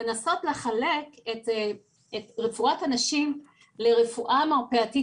לנסות לחלק את רפואת הנשים לרפואה מרפאתית